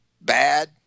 bad